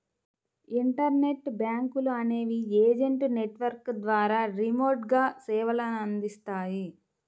internet బ్యాంకులు అనేవి agent network ద్వారా రిమోట్గా సేవలనందిస్తాయి